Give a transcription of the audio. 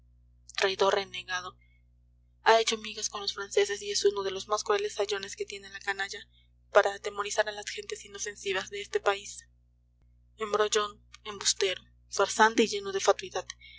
traidor renegado ha hecho migas con los franceses y es uno de los más crueles sayones que tiene la canalla para atemorizar a las gentes inofensivas de este país embrollón embustero farsante y lleno de fatuidad